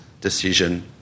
decision